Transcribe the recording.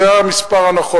זה המספר הנכון,